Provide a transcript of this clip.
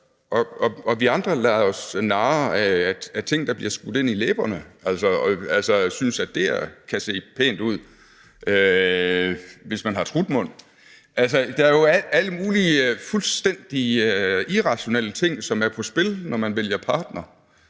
Og vi andre lader os narre af ting, der bliver skudt ind i læberne, og synes, at det kan se pænt ud, hvis man har trutmund. Altså, der er jo alle mulige fuldstændig irrationelle ting, som er på spil, når man vælger partner,